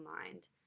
Mind